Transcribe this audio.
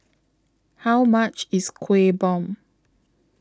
How much IS Kuih Bom